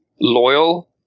loyal